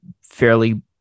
fairly